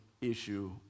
issue